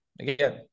again